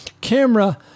camera